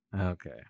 Okay